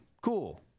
Cool